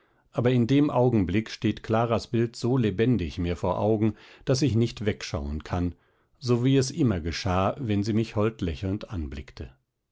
aber in dem augenblick steht claras bild so lebendig mir vor augen daß ich nicht wegschauen kann so wie es immer geschah wenn sie mich holdlächelnd anblickte